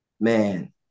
man